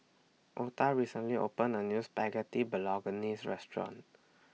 Otha recently opened A New Spaghetti Bolognese Restaurant